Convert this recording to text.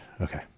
Okay